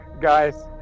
guys